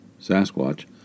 Sasquatch